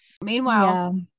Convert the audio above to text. meanwhile